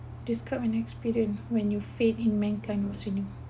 describe an experience when your faith in mankind was renewed